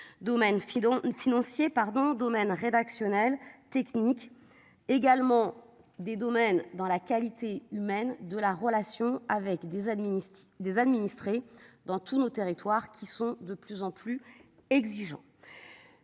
domaine filon sinon pardon domaine rédactionnel technique également des domaines dans la qualité humaine de la relation avec des administrés des administrés dans tous nos territoires qui sont de plus en plus exigeant.